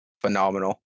phenomenal